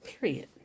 Period